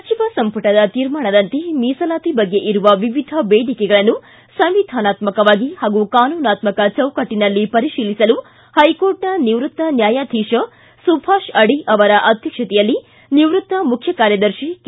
ಸಚಿವ ಸಂಪುಟದ ತೀರ್ಮಾನದಂತೆ ಮೀಸಲಾತಿ ಬಗ್ಗೆ ಇರುವ ವಿವಿಧ ಬೇಡಿಕೆಗಳನ್ನು ಸಂವಿಧಾನಾತ್ಮಕವಾಗಿ ಹಾಗೂ ಕಾನೂನಾತ್ಮಕ ಚೌಕಟ್ಟನಲ್ಲಿ ಪರೀಶೀಲಿಸಲು ಹೈಕೋರ್ಟಿನ ನಿವೃತ್ತ ನ್ಯಾಯಾಧೀಶರಾದ ಸುಭಾಷ್ ಆಡಿ ರವರ ಅಧ್ಯಕ್ಷತೆಯಲ್ಲಿ ನಿವೃತ್ತ ಮುಖ್ಯಕಾರ್ಯದರ್ಶಿ ಕೆ